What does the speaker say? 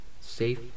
Safe